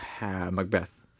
Macbeth